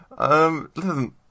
Listen